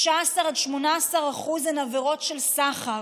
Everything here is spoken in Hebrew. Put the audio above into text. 16% עד 18% הן עבירות של סחר.